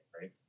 Right